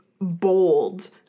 bold